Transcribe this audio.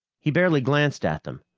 he barely glanced at them,